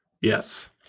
Yes